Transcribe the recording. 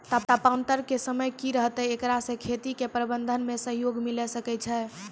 तापान्तर के समय की रहतै एकरा से खेती के प्रबंधन मे सहयोग मिलैय छैय?